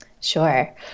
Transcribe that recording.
Sure